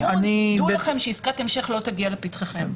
תדעו לכם שעסקת המשך לא תגיע לפתחכם.